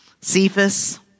cephas